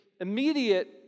immediate